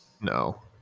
No